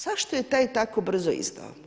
Zašto je taj tako brzo izdao?